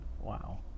Wow